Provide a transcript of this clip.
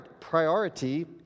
priority